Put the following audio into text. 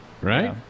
right